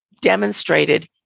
demonstrated